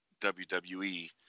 WWE